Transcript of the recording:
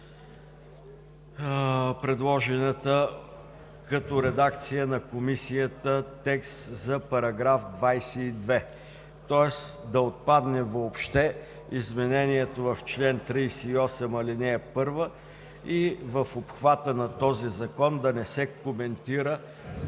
предложения като редакция на Комисията текст за § 22. Тоест да отпадне въобще изменението в чл. 38, ал. 1 и в обхвата на този закон да не се коментира